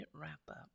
wrap-up